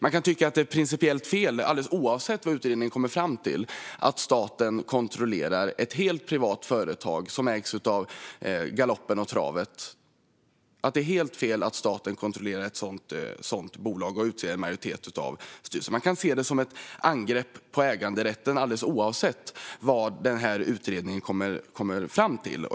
Alldeles oavsett vad utredningen kommer fram till kan man tycka att det är principiellt fel att staten kontrollerar ett helt privat företag som ägs av galoppen och travet. Man kan tycka att det är helt fel att staten kontrollerar ett sådant bolag och utser en majoritet av styrelsen. Man kan se det som ett angrepp på äganderätten, alldeles oavsett vad denna utredning kommer fram till.